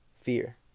fear